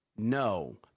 No